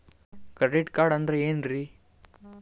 Credit card ಅಂದ್ರ ಏನ್ರೀ?